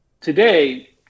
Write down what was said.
today